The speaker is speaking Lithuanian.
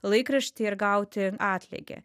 laikraštį ir gauti atlygį